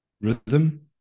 rhythm